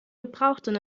gebrauchten